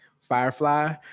Firefly